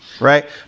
right